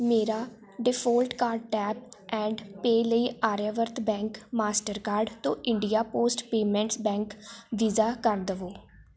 ਮੇਰਾ default card tap and pay ਲਈ Aryavart Bank Mastercard ਤੋਂ India Post Payments Bank Visa ਕਰ ਦੇਵੋ